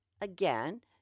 again